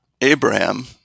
Abraham